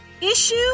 issue